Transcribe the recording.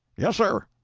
yes, sir.